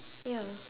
ya